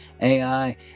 AI